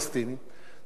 דבר שלא נשמע.